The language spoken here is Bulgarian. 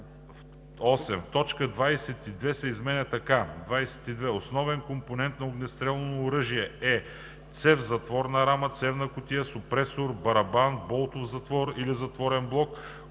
„22. „Основен компонент на огнестрелно оръжие“ е цев, затворна рама, цевна кутия, суппресор, барабан, болтов затвор или затворен блок,